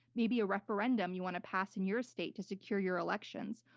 maybe a referendum you want to pass in your state to secure your elections,